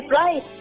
right